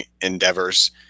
endeavors